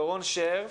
דורון שרף.